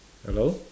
hello